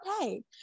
Okay